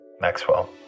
Maxwell